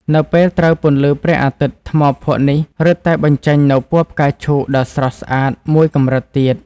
នៅពេលត្រូវពន្លឺព្រះអាទិត្យ ថ្មភក់នេះរឹតតែបញ្ចេញនូវពណ៌ផ្កាឈូកដ៏ស្រស់ស្អាតមួយកម្រិតទៀត។